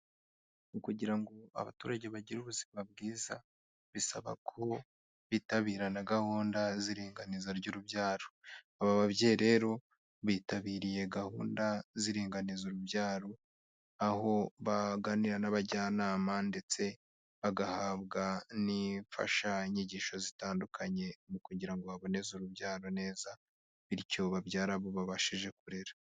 Kugira ngo abaturage bagire ubuzima bwiza bisaba ko bitabira na gahunda z'iringaniza ry'urubyaro, aba babyeyi rero bitabiriye gahunda z'iringaniza urubyaro, aho baganira n'abajyanama ndetse bagahabwa n'imfashanyigisho zitandukanye mu kugira ngo baboneza urubyaro neza bityo babyara abo babashije kurera.